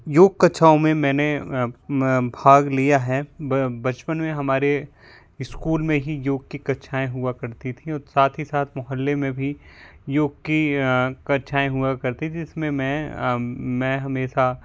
योग कक्षाओं में मैंने भाग लिया हैं बचपन में हमारे ईस्कूल में ही योग की कक्षाएँ हुआ करती थीं और साथ ही साथ मोहल्ले में भी योग की कक्षाएँ हुआ करती थी इसमें मैं मैं हमेशा